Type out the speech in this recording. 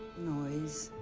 noise.